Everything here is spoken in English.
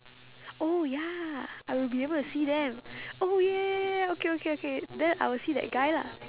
oh ya I will be able to see them oh ya ya ya ya ya okay okay okay then I will see that guy lah